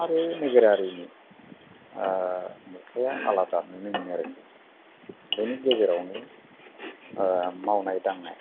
आरो नोगोरारिनि नुथाया आलादा नुनो मोनो आरोखि बिनि गेजेरावनो मावनाय दांनाय